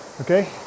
Okay